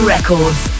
Records